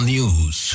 News